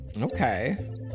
Okay